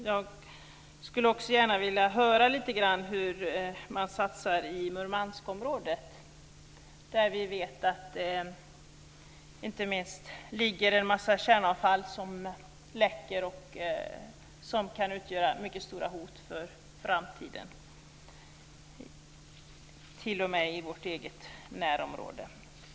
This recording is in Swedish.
Jag skulle också gärna vilja höra lite grann om hur man satsar i Murmanskområdet, där vi vet att det ligger en massa kärnavfall som läcker och som kan utgöra mycket stora hot för framtiden, t.o.m. i vårt eget närområde.